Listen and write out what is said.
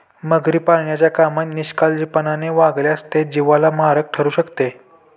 मगरी पाळण्याच्या कामात निष्काळजीपणाने वागल्यास ते जीवाला मारक ठरू शकते